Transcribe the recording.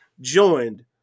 Joined